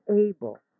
able